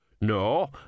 No